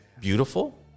beautiful